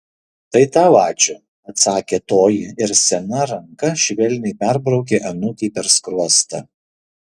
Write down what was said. tai tau ačiū atsakė toji ir sena ranka švelniai perbraukė anūkei per skruostą